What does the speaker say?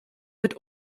mit